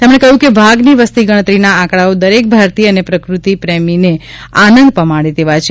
તેમણે કહ્યું કે વાઘની વસ્તી ગણતરીના આંકડાઓ દરેક ભારતીય અને પ્રકૃતિ પ્રેમીને આનંદ પમાડે તેવા છે